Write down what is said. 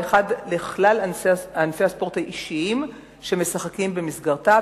והאחד לכלל ענפי הספורט האישיים שמשחקים במסגרתו,